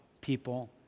people